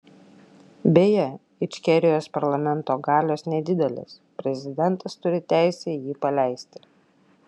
beje ičkerijos parlamento galios nedidelės prezidentas turi teisę jį paleisti